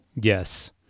Yes